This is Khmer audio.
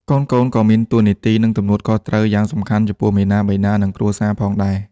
កូនៗក៏មានតួនាទី និងទំនួលខុសត្រូវយ៉ាងសំខាន់ចំពោះមាតាបិតា និងគ្រួសារផងដែរ។